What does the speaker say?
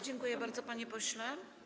Dziękuję bardzo, panie pośle.